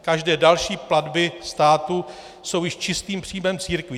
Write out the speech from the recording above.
Každé další platby státu jsou již čistým příjmem církví.